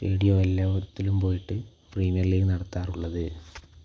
സ്റ്റേഡിയവും എല്ലാ വിധത്തിലും പോയിട്ട് പ്രീമിയർ ലീഗ് നടത്താറുള്ളത്